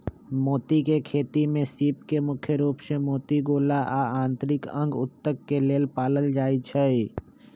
मोती के खेती में सीप के मुख्य रूप से मोती गोला आ आन्तरिक अंग उत्तक के लेल पालल जाई छई